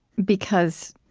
because